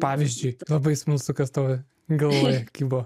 pavyzdžiui labai smalsu kas tavo galvoj kybo